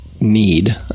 need